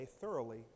thoroughly